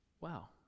Wow